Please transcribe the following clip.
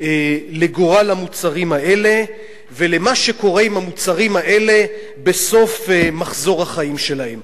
לגורל המוצרים האלה ולמה שקורה עם המוצרים האלה בסוף מחזור החיים שלהם.